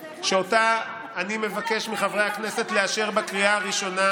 שאותה אני מבקש מחברי הכנסת לאשר בקריאה הראשונה,